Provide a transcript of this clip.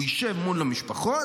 הוא ישב מול המשפחות